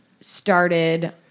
started